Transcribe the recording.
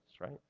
Right